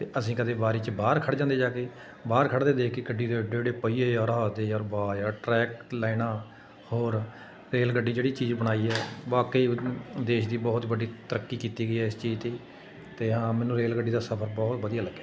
ਅਤੇ ਅਸੀਂ ਕਦੇ ਬਾਰੀ 'ਚ ਬਾਹਰ ਖੜ੍ਹ ਜਾਂਦੇ ਜਾ ਕੇ ਬਾਹਰ ਖੜ੍ਹਦੇ ਦੇਖ ਕੇ ਗੱਡੀ ਦੇ ਐਡੇ ਐਡੇ ਪਹੀਏ ਯਾਰ ਆ ਹੱਦ ਹੈ ਯਾਰ ਵਾਹ ਯਾਰ ਟਰੈਕ ਲਾਈਨਾਂ ਹੋਰ ਰੇਲ ਗੱਡੀ ਜਿਹੜੀ ਚੀਜ਼ ਬਣਾਈ ਹੈ ਵਾਕਈ ਦੇਸ਼ ਦੀ ਬਹੁਤ ਵੱਡੀ ਤਰੱਕੀ ਕੀਤੀ ਗਈ ਹੈ ਇਸ ਚੀਜ਼ 'ਤੇ ਅਤੇ ਹਾਂ ਮੈਨੂੰ ਰੇਲ ਗੱਡੀ ਦਾ ਸਫਰ ਬਹੁਤ ਵਧੀਆ ਲੱਗਿਆ